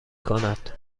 کند